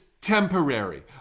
Temporary